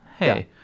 Hey